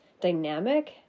dynamic